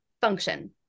function